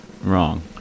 Wrong